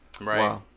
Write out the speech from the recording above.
right